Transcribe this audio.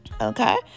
Okay